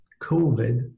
COVID